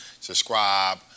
subscribe